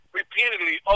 repeatedly